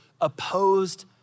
opposed